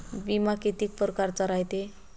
बिमा कितीक परकारचा रायते?